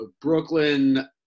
brooklyn